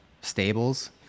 stables